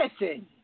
listen